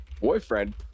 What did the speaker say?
Boyfriend